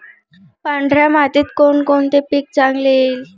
पांढऱ्या मातीत कोणकोणते पीक चांगले येईल?